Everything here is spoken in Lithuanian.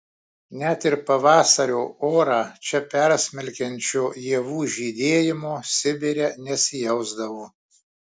net ir pavasario orą čia persmelkiančio ievų žydėjimo sibire nesijausdavo